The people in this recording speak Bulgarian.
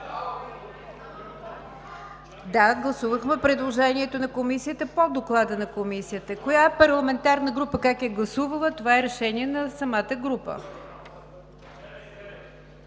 Да, гласувахме предложението на Комисията по Доклада на Комисията. Коя парламентарна група как е гласувала, това е решение на самата група.